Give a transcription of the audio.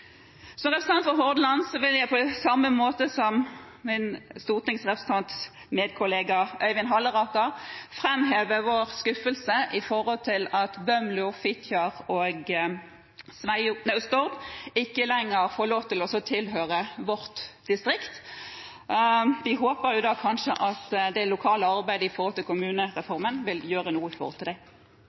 Som representant fra Hordaland vil jeg på samme måte som min stortingsrepresentantkollega Øyvind Halleraker framheve min skuffelse over at Bømlo, Fitjar og Stord ikke lenger får lov til å tilhøre vårt distrikt. Vi håper da at det lokale arbeidet med kommunereformen kanskje vil kunne gjøre noe med det. Politiet og lensmannsetaten er ein viktig ressurs i